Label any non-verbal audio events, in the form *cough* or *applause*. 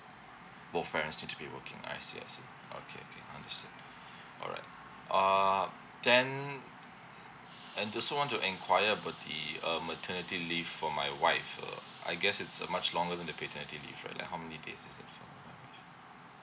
both parents need to be working I see I see okay okay understood *breath* all right uh then and thus I want to enquire about the uh maternity leave for my wife uh I guess it's a much longer than the paternity leave right like how many days is it for